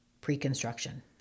pre-construction